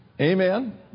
Amen